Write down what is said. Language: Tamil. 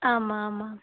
ஆமாம் ஆமாம்